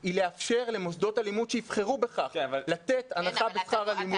הוא לאפשר למוסדות הלימוד שיבחרו בכך לתת הנחה בשכר הלימוד.